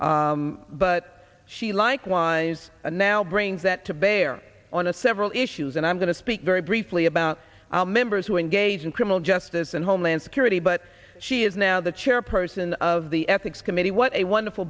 herself but she likewise and now brings that to bear on a several issues and i'm going to speak very briefly about members who engage in criminal justice and homeland security but she is now the chairperson of the ethics committee what a wonderful